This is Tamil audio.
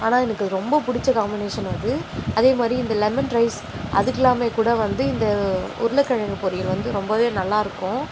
ஆனால் எனக்கு அது ரொம்ப பிடிச்ச காம்பினேஷன் அது அதே மாதிரி இந்த லெமன் ரைஸ் அதுக்கெலாமே கூட வந்து இந்த உருளைக்கெழங்கு பொரியல் வந்து ரொம்பவே நல்லாயிருக்கும்